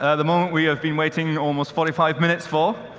ah the moment we have been waiting almost forty five minutes for.